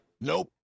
nope